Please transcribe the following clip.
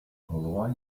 голова